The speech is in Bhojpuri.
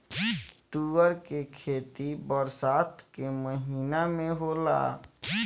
तूअर के खेती बरसात के महिना में होला